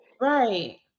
Right